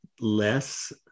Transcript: less